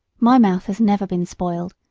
my mouth has never been spoiled,